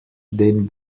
den